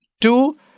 Two